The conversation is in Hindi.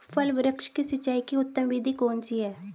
फल वृक्ष की सिंचाई की उत्तम विधि कौन सी है?